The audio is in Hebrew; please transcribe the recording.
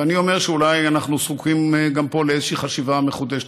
ואני אומר שאולי אנחנו זקוקים גם פה לאיזושהי חשיבה מחודשת.